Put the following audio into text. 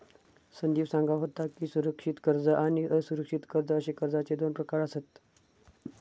संदीप सांगा होतो की, सुरक्षित कर्ज आणि असुरक्षित कर्ज अशे कर्जाचे दोन प्रकार आसत